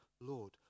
Lord